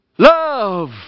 Love